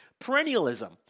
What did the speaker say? Perennialism